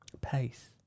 pace